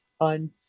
on